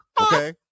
okay